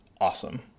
awesome